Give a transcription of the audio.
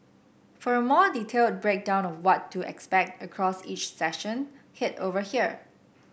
for a more detailed breakdown of what to expect across each session head over here